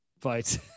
fights